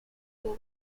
that